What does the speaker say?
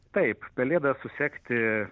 taip pelėdą susekti